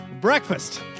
breakfast